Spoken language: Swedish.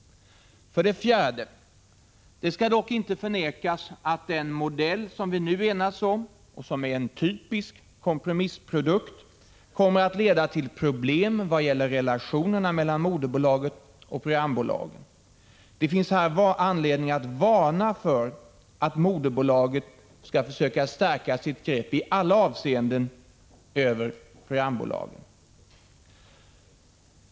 4. Det skall dock inte förnekas att den modell som vi nu enats om och som är en typisk kompromissprodukt kommer att leda till problem vad gäller relationerna mellan moderbolaget och programbolagen. Det finns här anledning att varna för att moderbolaget försöker stärka sitt grepp över programbolagen i alla avseenden.